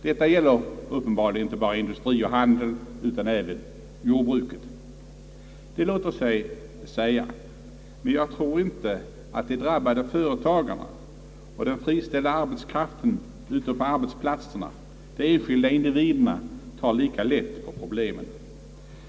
Detta gäller uppenbarligen inte bara industri och handel utan även jordbruket. Det låter sig säga, men jag tror inte att de drabbade företagarna och den friställda arbetskraften ute på arbetsplatserna — de enskilda individerna — tar lika lätt på problemen.